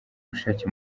ubushake